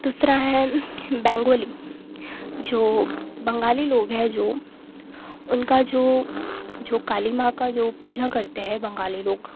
दूसरा है बंगाली जो बंगाली लोग हैं जो उनका जो जो काली माँ का जो पूजा करते हैं बंगाली लोग